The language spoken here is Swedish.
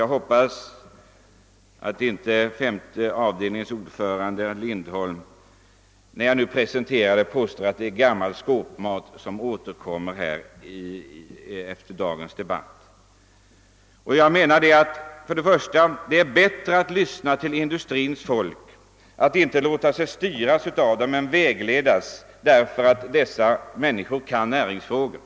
Jag hoppas att femte avdelningens ordförande, herr Lindholm, inte skall påstå att dessa tankar är gammal skåpmat. Dessa andra vägar är att bättre lyssna till industrins folk, att inte låta sig styras av dem men väl vägledas, ty dessa människor kan näringsfrågor.